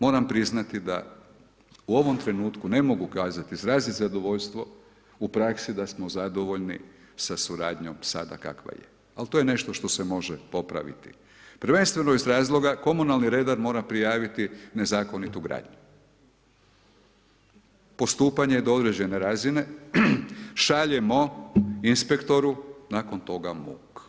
Moram priznati da u ovom trenutku ne mogu kazati, izrazati zadovoljstvo u praksi da smo zadovoljni sa suradnjom sada kakva je, ali to je nešto što se može popraviti prvenstveno iz razloga, komunalni redar mora prijaviti nezakonitu gradnju, postupanje do određene razine šaljemo inspektoru, nakon toga muk.